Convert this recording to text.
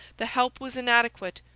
the help was inadequate.